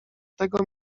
tego